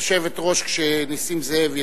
לשבת ראש כשנסים זאב ידבר.